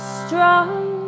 strong